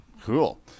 Cool